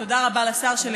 ותודה רבה לשר,